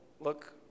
look